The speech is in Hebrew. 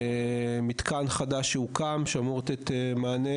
מתקן חדש שהוקם, שאמור לתת מענה